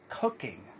cooking